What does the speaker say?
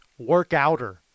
workouter